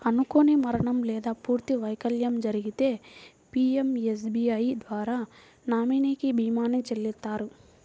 అనుకోని మరణం లేదా పూర్తి వైకల్యం జరిగితే పీయంఎస్బీఐ ద్వారా నామినీకి భీమాని చెల్లిత్తారు